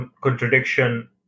contradiction